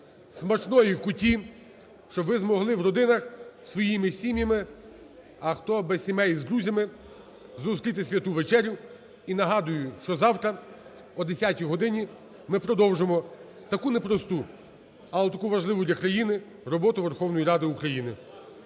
смачної куті, щоб ви змогли в родинах своїми сім'ями, а хто без сімей – з друзями зустріти святу вечерю. І нагадую, що завтра о 10 годині ми продовжимо таку непросту, але таку важливу для країни роботу Верховної Ради України.